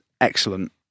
excellent